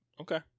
Okay